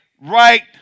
right